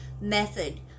method